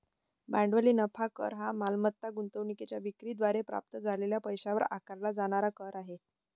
भांडवली नफा कर हा मालमत्ता गुंतवणूकीच्या विक्री द्वारे प्राप्त झालेल्या पैशावर आकारला जाणारा कर आहे